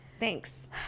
Thanks